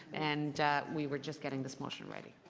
and we were just getting this motion ready.